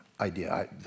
idea